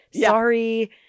Sorry